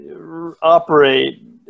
operate